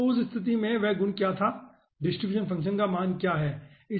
तो उस स्थिति में वह गुण क्या था डिस्ट्रीब्यूशन फंक्शन का मान क्या हैं